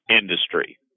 industry